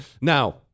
Now